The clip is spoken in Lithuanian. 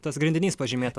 tas grindinys pažymėta